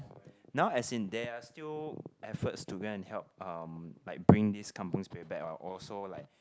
now as in there are still efforts to go and help um like bring this kampung Spirit back ah also like